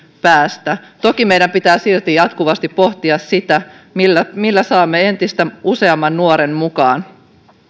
päästä toki meidän pitää silti jatkuvasti pohtia sitä millä millä saamme entistä useamman nuoren mukaan